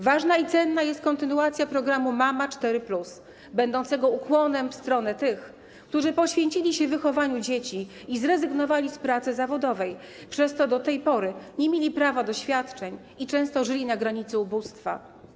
Ważna i cenna jest kontynuacja programu „Mama 4+” będącego ukłonem w stronę tych, którzy poświęcili się wychowaniu dzieci i zrezygnowali z pracy zawodowej, przez co do tej pory nie mieli prawa do świadczeń i często żyli na granicy ubóstwa.